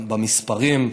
במספרים,